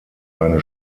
eine